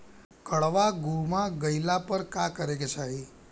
काडवा गुमा गइला पर का करेके चाहीं?